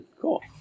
Cool